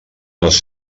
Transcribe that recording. les